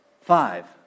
Five